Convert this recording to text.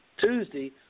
tuesday